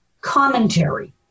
commentary